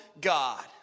God